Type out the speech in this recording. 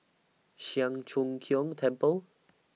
Siang Cho Keong Temple